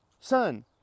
son